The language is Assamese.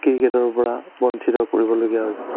ক্ৰিকেটৰ পৰা বঞ্চিত কৰিবলগীয়া হৈছে